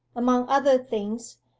among other things,